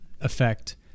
effect